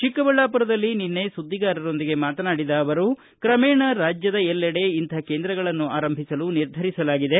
ಚಿಕ್ಕಬಳ್ಳಾಪುರದಲ್ಲಿ ನಿನ್ನೆ ಸುದ್ದಿಗಾರರೊಂದಿಗೆ ಮಾತನಾಡಿದ ಅವರು ತ್ರಮೇಣ ರಾಜ್ಯದ ಎಲ್ಲೆಡೆ ಇಂಥ ಕೇಂದ್ರಗಳನ್ನು ಆರಂಭಿಸಲು ನಿರ್ಧರಿಸಲಾಗಿದೆ